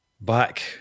back